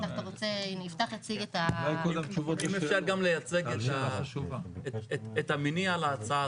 אם אפשר גם להציג את המניע להצעה,